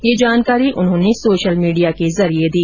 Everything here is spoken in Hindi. यह जानकारी उन्होंने सोशल मीडिया के माध्यम से दी